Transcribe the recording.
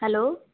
hello